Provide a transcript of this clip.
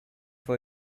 fue